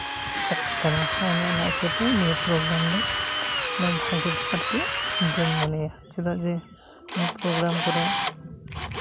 ᱪᱟᱞᱟᱜ ᱠᱟᱱᱟ ᱚᱱᱮ ᱚᱱᱟ ᱠᱷᱟᱹᱛᱤᱨ ᱱᱤᱭᱟᱹ ᱯᱨᱳᱜᱨᱟᱢ ᱫᱚ ᱮᱠᱫᱚᱢ ᱵᱷᱟᱹᱜᱤ ᱫᱚ ᱟᱹᱰᱤᱜᱮ ᱵᱟᱹᱧ ᱢᱚᱱᱮᱭᱟ ᱪᱮᱫᱟᱜ ᱡᱮ ᱱᱤᱭᱟᱹ ᱯᱨᱳᱜᱨᱟᱢ ᱠᱚᱨᱮᱜ